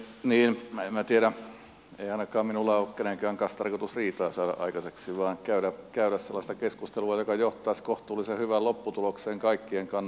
en minä tiedä ei ainakaan minulla ole kenenkään kanssa tarkoitus riitaa saada aikaiseksi vaan käydä sellaista keskustelua joka johtaisi kohtuullisen hyvään lopputulokseen kaikkien kannalta